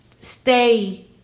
stay